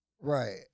Right